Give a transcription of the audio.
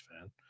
fan